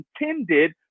intended